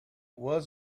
was